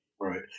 Right